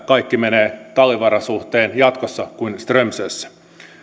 kaikki menee talvivaaran suhteen jatkossa kuin strömsössä